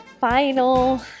final